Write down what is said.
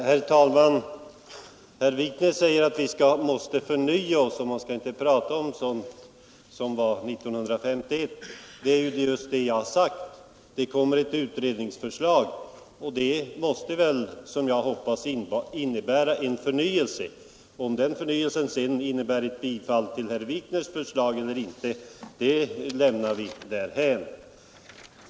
Herr talman! Herr Wikner säger att vi måste förnya oss och inte tala om sådant som hände 1951. Det är just vad jag har sagt. Det kommer ett utredningsförslag, och detta måste väl — som jag hoppas — komma att innebära en förnyelse. Om denna förnyelse sedan innebär ett bifall till herr Wikners förslag eller inte lämnar vi därhän.